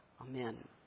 Amen